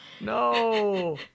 No